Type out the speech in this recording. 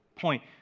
point